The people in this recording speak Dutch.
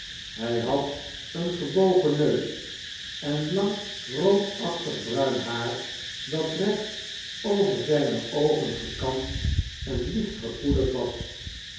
hij had een gebogen neus en lang roodachtig bruin haar dat recht over zijne oogen gekamd en licht gepoederd was